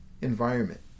environment